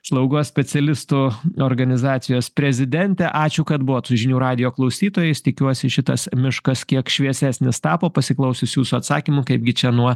slaugos specialistų organizacijos prezidente ačiū kad buvot su žinių radijo klausytojais tikiuosi šitas miškas kiek šviesesnis tapo pasiklausius jūsų atsakymų kaipgi čia nuo